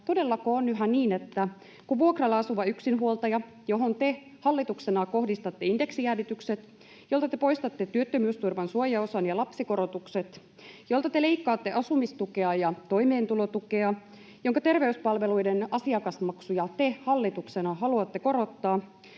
todellako on yhä niin, että kun teille soittaa vuokralla asuva yksinhuoltaja, johon te hallituksena kohdistatte indeksijäädytykset, jolta te poistatte työttömyysturvan suojaosan ja lapsikorotukset ja jolta te leikkaatte asumistukea ja toimeentulotukea ja jonka terveyspalveluiden asiakasmaksuja te hallituksena haluatte korottaa,